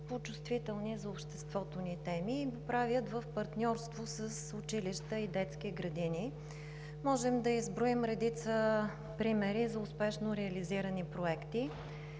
по чувствителни за обществото ни теми и го правят в партньорство с училища и детски градини. Можем да изброим редица примери за успешно реализирани проекти.